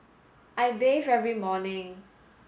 I bathe every morning